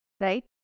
right